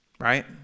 right